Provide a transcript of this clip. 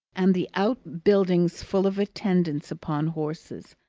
and the out-buildings full of attendants upon horses,